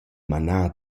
manà